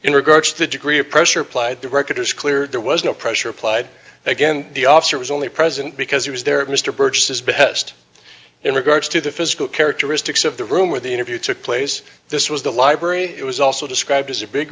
in the degree of pressure applied the record is clear there was no pressure applied again the officer was only present because he was there mr burch says behest in regards to the physical characteristics of the room where the interview took place this was the library it was also described as a big